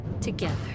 together